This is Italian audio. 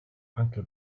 anche